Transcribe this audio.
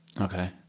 Okay